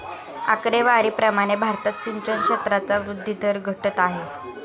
आकडेवारी प्रमाणे भारतात सिंचन क्षेत्राचा वृद्धी दर घटत आहे